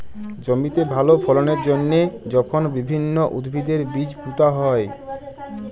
জমিতে ভাল ফললের জ্যনহে যখল বিভিল্ল্য উদ্ভিদের বীজ পুঁতা হ্যয়